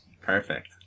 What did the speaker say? Perfect